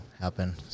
happen